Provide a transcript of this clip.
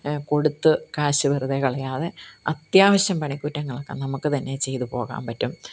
കൊടുത്ത് കാശ് വെറുതെ കളയാതെ അത്യാവശ്യം പണിക്കുറ്റങ്ങളൊക്കെ നമുക്ക് തന്നെ ചെയ്ത് പോകാന് പറ്റും